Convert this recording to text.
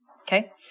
Okay